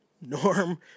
Norm